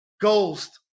Ghost